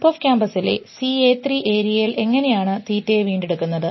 ഹിപ്പോകാമ്പസിലെ CA3 ഏരിയയിൽ എങ്ങനെയാണ് തീറ്റയെ വീണ്ടെടുക്കുന്നത്